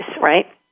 right